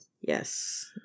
Yes